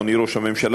אדוני ראש הממשלה,